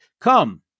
Come